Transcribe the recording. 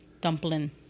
Dumpling